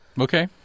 Okay